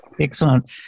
Excellent